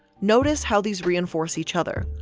notice how these reinforce each other.